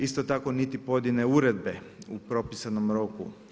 Isto tako, niti pojedine uredbe u propisanom roku.